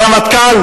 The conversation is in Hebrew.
הרמטכ"ל,